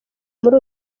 muri